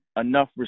enough